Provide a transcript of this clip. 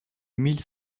mille